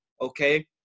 Okay